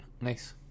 Nice